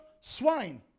swine